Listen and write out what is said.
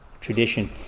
tradition